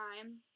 time